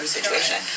situation